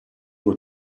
were